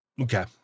Okay